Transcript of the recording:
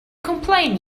complain